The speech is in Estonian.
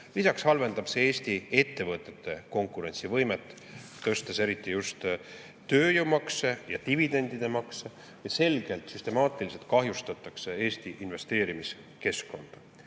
Lisaks halvendab see Eesti ettevõtete konkurentsivõimet, tõstes eriti just tööjõumakse ja dividendide makse. Selgelt ja süstemaatiliselt kahjustatakse Eesti investeerimiskeskkonda.